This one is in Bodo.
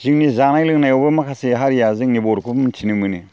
जोंनि जानाय लोंनायावबो माखासे हारिया जोंनि बर'खौ मोन्थिनो मोनो